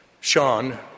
Sean